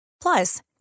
Plus